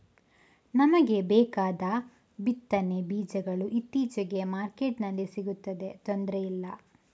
ನಮಿಗೆ ಬೇಕಾದ ಬಿತ್ತನೆ ಬೀಜಗಳು ಇತ್ತೀಚೆಗೆ ಮಾರ್ಕೆಟಿನಲ್ಲಿ ಸಿಗುದಕ್ಕೆ ತೊಂದ್ರೆ ಇಲ್ಲ